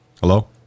Hello